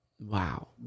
wow